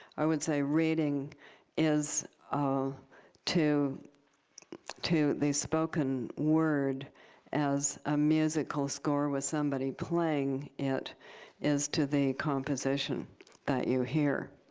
i would say, reading is to to the spoken word as a musical score with somebody playing it is to the composition that you hear.